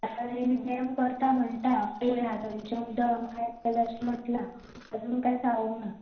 आतां करता म्हणटा पळोवया आतां न्हंयचें उदक आमकां येता अशें म्हणलां आजून कांय सांगूंक ना